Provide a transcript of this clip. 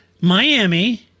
Miami